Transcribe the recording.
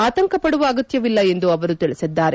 ಆತಂಕಪಡುವ ಅಗತ್ತವಿಲ್ಲ ಎಂದು ಅವರು ತಿಳಿಸಿದ್ದಾರೆ